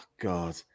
God